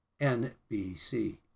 NBC